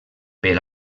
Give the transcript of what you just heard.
per